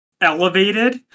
elevated